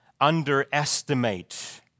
underestimate